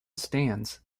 stands